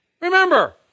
Remember